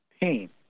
pain